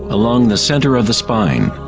along the center of the spine,